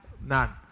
None